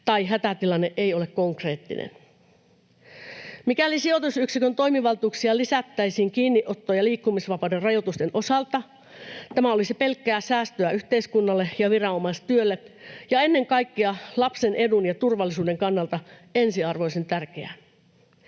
tai hätätilanne ei ole konkreettinen. Mikäli sijoitusyksikön toimivaltuuksia lisättäisiin kiinniotto- ja liikkumisvapauden rajoitusten osalta, tämä olisi pelkkää säästöä yhteiskunnalle ja viranomaistyölle ja ennen kaikkea lapsen edun ja turvallisuuden kannalta ensiarvoisen tärkeää.